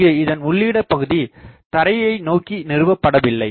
இங்கு இதன் உள்ளீடு பகுதி தரையை நோக்கி நிறுவப்படவில்லை